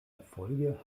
erfolge